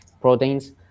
proteins